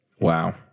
Wow